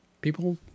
People